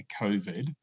COVID